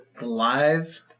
live